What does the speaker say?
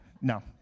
No